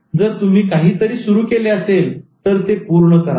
जर तुम्ही काहीतरी सुरू केले असेल तर ते पूर्ण करा